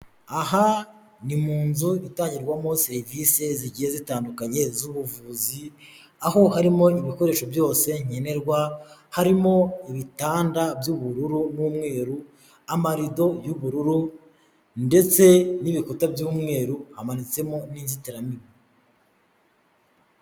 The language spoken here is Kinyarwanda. Aha ni mu nzu itangirwamo serivise zigiye zitandukanye z'ubuvuzi, aho harimo ibikoresho byose nkenerwa, harimo ibitanda by'ubururu n'umweru, amarido y'ubururu, ndetse n'ibikuta by'umweru, hamanitsemo n'inzitiramibu.